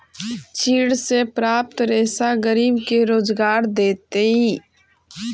चीड़ से प्राप्त रेशा गरीब के रोजगार देतइ